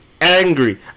angry